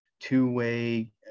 two-way